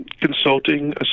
consulting